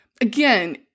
again